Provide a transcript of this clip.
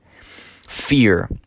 Fear